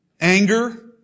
anger